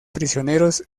prisioneros